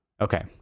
okay